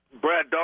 Brad